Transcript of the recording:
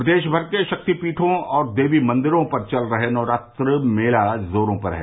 प्रदेश भर के शक्तिपीठों और देवी मंदिरों पर चल रहे नवरात्र मेला जोरों पर है